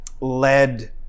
led